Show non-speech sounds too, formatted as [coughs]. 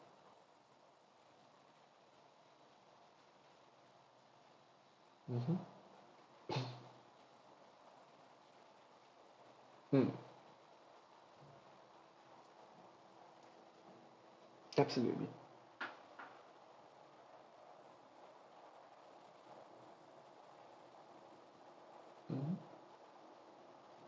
mmhmm [coughs] mm absolutely mm